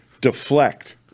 deflect